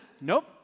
nope